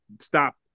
stop